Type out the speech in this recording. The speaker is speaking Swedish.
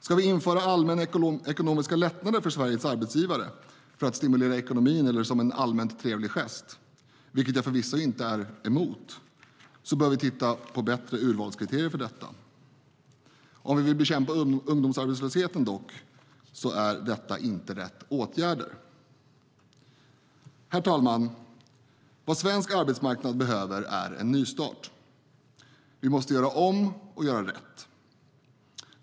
Ska vi införa allmänna ekonomiska lättnader för Sveriges arbetsgivare för att stimulera ekonomin eller som en allmänt trevlig gest, vilket jag förvisso inte är emot, bör vi titta på bättre urvalskriterier för detta. Om vi vill bekämpa ungdomsarbetslösheten är dock detta inte rätt åtgärder. Herr talman! Vad svensk arbetsmarknad behöver är en nystart. Vi måste göra om och göra rätt.